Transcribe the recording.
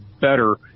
better